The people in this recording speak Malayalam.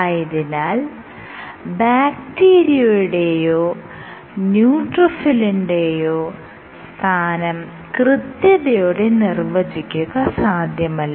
ആയതിനാൽ ബാക്റ്റീരിയയുടേതോ ന്യൂട്രോഫിലിന്റെയോ സ്ഥാനം കൃത്യതയോടെ നിർവചിക്കുക സാധ്യമല്ല